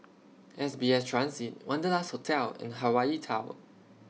S B S Transit Wanderlust Hotel and Hawaii Tower